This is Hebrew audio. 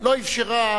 לא אפשרה